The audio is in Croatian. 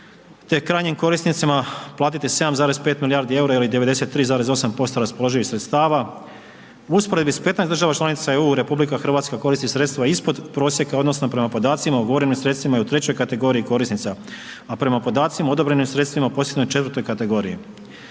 te krajnjim korisnicima platiti 7,5 milijardi EUR-a ili 93,8% raspoloživih sredstava. U usporedbi s 15 država članica EU, RH koristi sredstva ispod prosjeka odnosno prema podacima o ugovorenim sredstvima i u trećoj kategoriji korisnica, a prema podacima odobreno je sredstvima u posljednjoj četvrtoj kategoriji.